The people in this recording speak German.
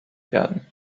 werden